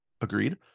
Agreed